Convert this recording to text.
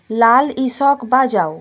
লাল ইশক বাজাও